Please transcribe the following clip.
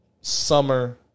Summer